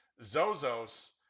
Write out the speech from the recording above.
Zozos